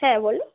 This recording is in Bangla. হ্যাঁ বলুন